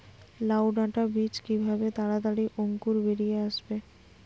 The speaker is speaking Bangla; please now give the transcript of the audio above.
লাউ ডাটা বীজ কিভাবে তাড়াতাড়ি অঙ্কুর বেরিয়ে আসবে?